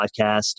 podcast